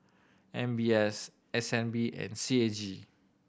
M B S S N B and C A G